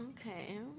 Okay